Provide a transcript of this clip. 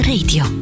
Radio